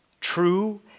True